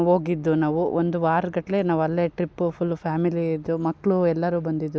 ಹೋಗಿದ್ದು ನಾವು ಒಂದು ವಾರಗಟ್ಲೆ ನಾವು ಅಲ್ಲೇ ಟ್ರಿಪ್ಪು ಫುಲ್ಲು ಫ್ಯಾಮಿಲೀದು ಮಕ್ಳು ಎಲ್ಲರು ಬಂದಿದ್ರು